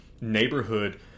neighborhood